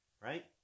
right